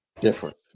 different